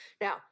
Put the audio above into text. Now